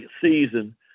season